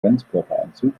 ganzkörperanzug